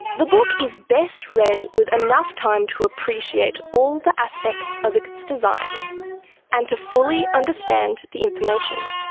the book is best read with enough time to appreciate all the aspects of its design and to fully understand the information.